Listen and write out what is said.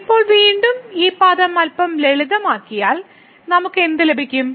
ഇപ്പോൾ വീണ്ടും ഈ പദം അൽപ്പം ലളിതമാക്കിയാൽ നമുക്ക് എന്ത് ലഭിക്കും